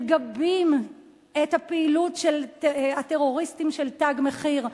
מגבים את הפעילות של הטרוריסטים של "תג מחיר",